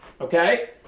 okay